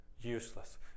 Useless